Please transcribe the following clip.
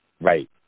Right